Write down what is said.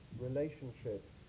relationship